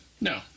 no